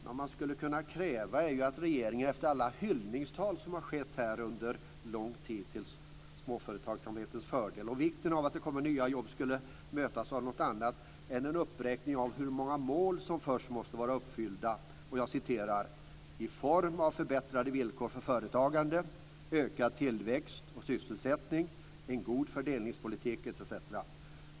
Vad man skulle kunna kräva av regeringen, efter alla hyllningstal som skett under en lång tid till småföretagsamhetens fördel och vikten av att det kommer nya jobb, är att det skulle mötas av något annat än en uppräkning av hur många mål som skulle vara uppfyllda "i form av förbättrade villkor för företagande, ökad tillväxt och sysselsättning, en god fördelningspolitik osv.